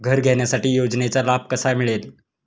घर घेण्यासाठी योजनेचा लाभ कसा मिळेल?